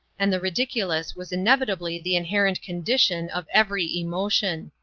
and the ridiculous was inevitably the inherent condition of every emotion.